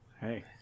Hey